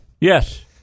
yes